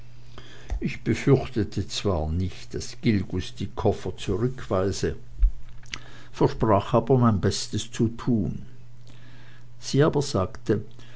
ich befürchtete zwar nicht daß gilgus die koffer zurückweise versprach aber mein bestes zu tun sie aber sagte